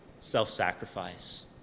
self-sacrifice